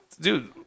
dude